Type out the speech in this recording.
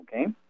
Okay